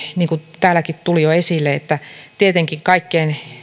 niin kuin täälläkin tuli jo esille erityisesti tietenkin kaikkein